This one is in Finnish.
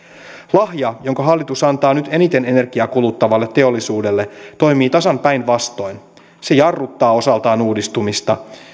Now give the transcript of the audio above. lahja jonka hallitus antaa nyt eniten energiaa kuluttavalle teollisuudelle toimii tasan päinvastoin se jarruttaa osaltaan uudistumista